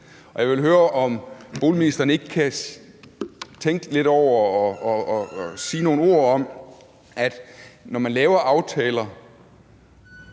Og jeg vil høre, om boligministeren ikke kan tænke lidt over og sige nogle ord om det her med, at man laver aftaler,